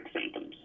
symptoms